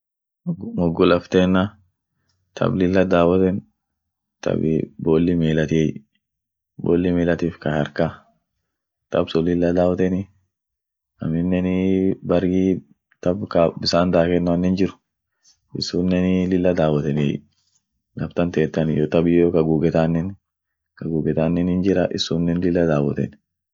Moggu laff tenna, tab lilla dawoten tabii bolli milatiey, bolli milatif ka harka, tab sun lilla dawoteni aminenii barii tab ka bissan dakennoanen jirr issunenii lilla dawoteniey, laf tantentan iyo tab iyo ka gugeetanen, kagugeetanen hinjira issunen lilla dawoten.